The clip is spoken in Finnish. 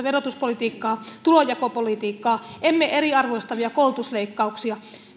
verotuspolitiikkaa tulonjakopolitiikkaa emme eriarvoistavia koulutusleikkauksia